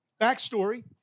Backstory